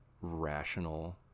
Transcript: rational